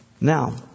Now